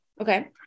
okay